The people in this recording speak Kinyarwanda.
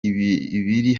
ibiri